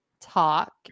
talk